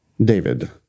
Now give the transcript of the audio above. David